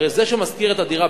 הרי זה ששוכר את הדירה,